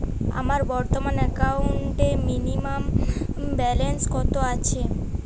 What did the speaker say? আমার বর্তমান একাউন্টে মিনিমাম ব্যালেন্স কত আছে?